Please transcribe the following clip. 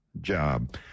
job